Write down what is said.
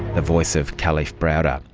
the voice of kalief browder.